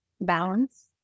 balance